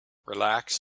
relaxed